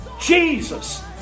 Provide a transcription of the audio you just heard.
Jesus